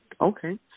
Okay